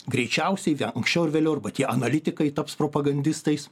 greičiausiai anksčiau ar vėliau arba tie analitikai taps propagandistais